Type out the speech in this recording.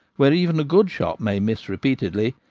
where even a good shot may miss repeatedly,